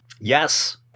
Yes